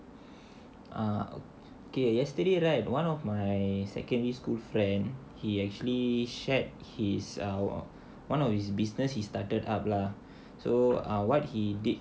ah okay yesterday right one of my secondary school friend he actually shared his err one of his business he started up lah so err what he did